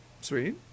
Sweet